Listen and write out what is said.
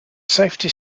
safety